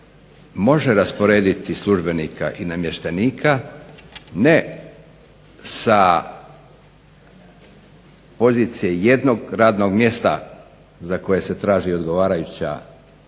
može rasporediti službenika i namještenika ne sa pozicije jednog radnog mjesta za koje se traži odgovarajuća